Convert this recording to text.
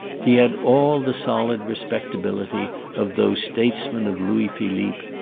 he had all the solid respectability of those states men of louis philippe,